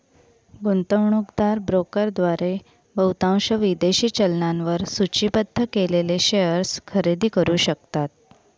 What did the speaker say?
गुंतवणूकदार ब्रोकरद्वारे बहुतांश विदेशी चलनांवर सूचीबद्ध केलेले शेअर्स खरेदी करू शकतात